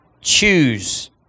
choose